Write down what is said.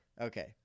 Okay